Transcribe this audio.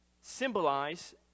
symbolize